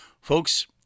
Folks